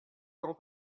quand